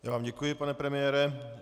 Já vám děkuji, pane premiére.